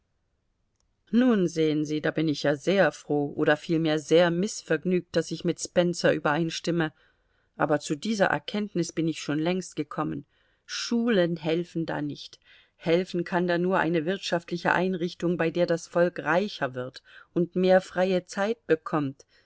nun sehen sie da bin ich ja sehr froh oder vielmehr sehr mißvergnügt daß ich mit spencer übereinstimme aber zu dieser erkenntnis bin ich schon längst gekommen schulen helfen da nicht helfen kann da nur eine wirtschaftliche einrichtung bei der das volk reicher wird und mehr freie zeit bekommt